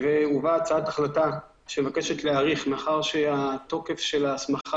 הצעת החלטה שמבקשת להאריך מאחר שהתוקף של ההסמכה